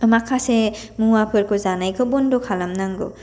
माखासे मुवाफोरखौ जानायखौ बन्द' खालामनांगौ